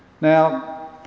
Now